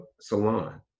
salon